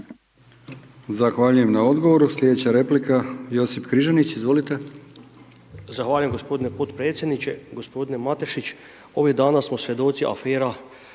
Zahvaljujem na odgovoru. Slijedeća replika Josip Križanić, izvolite. **Križanić, Josip (HDZ)** Zahvaljujem gospodine podpredsjedniče, gospodine Matešić ovih dana smo svjedoci afera